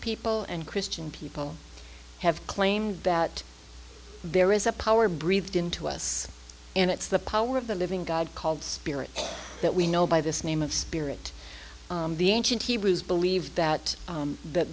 people and christian people have claimed that there is a power breathed into us and it's the power of the living god called spirit that we know by this name of spirit the ancient hebrews believed that